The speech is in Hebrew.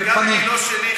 וגם אם לא שלי,